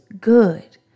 good